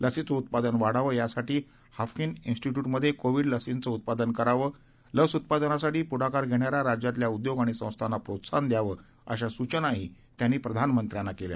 लसींचं उत्पादन वाढावं यासाठी हाफकिन स्टिट्यूटमधे कोविड लसींचं उत्पादन करावं लस उत्पादनासाठी पुढाकार घेणाऱ्या राज्यातल्या उद्योग आणि संस्थांना प्रोत्साहन द्यावं अशा सूचनाही त्यांनी प्रधानमंत्र्यांना केल्या